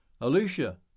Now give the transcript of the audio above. Alicia